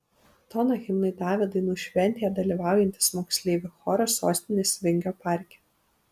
toną himnui davė dainų šventėje dalyvaujantis moksleivių choras sostinės vingio parke